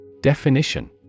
Definition